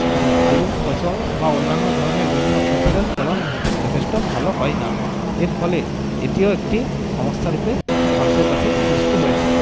আলুর ফসল বা অন্যান্য ধরনের বিভিন্ন ফসলের ফলন যথেষ্ঠ ভালো হয় না এর ফলে এটিও একটি সমস্যারূপে মানুষের কাছে সৃষ্টি হয়েছে